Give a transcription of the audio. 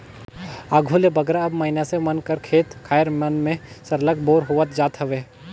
आघु ले बगरा अब मइनसे मन कर खेत खाएर मन में सरलग बोर होवत जात हवे